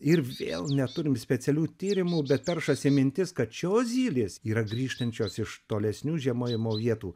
ir vėl neturim specialių tyrimų bet peršasi mintis kad šios zylės yra grįžtančios iš tolesnių žiemojimo vietų